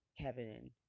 Kevin